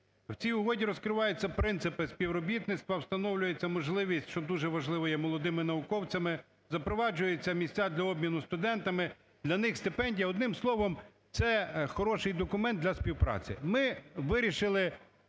В цій угоді розкриваються принципи співробітництва, встановлюється можливість, що дуже важливо є, молодими науковцями, запроваджуються місця для обміну студентами, для них стипендія. Одним словом, це хороший документ для співпраці.